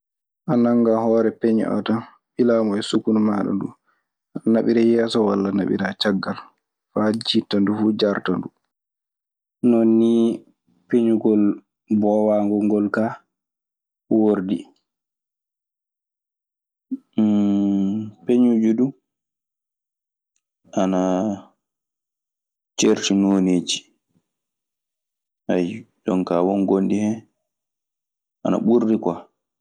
Sa a tamii buuwirɗi ɗii tan a hinnoto aɗa wuuwa seeɗan seeɗan faa timma. Buuwirɗi duu kalteŋaaji kalteŋaaji ana woodi. Won kaltee buuwirɗo hono ko min njogii minen oo, ɗun woni jon kaa leggal alaa hen. Won yogaaji duu leɗɗe ana hen.